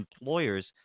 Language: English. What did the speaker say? employers